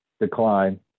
decline